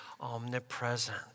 omnipresent